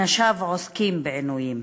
אנשיו עוסקים בעינויים.